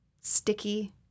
Sticky